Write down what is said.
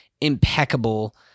impeccable